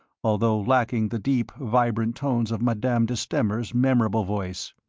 although lacking the deep, vibrant tones of madame de stamer's memorable voice.